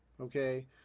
Okay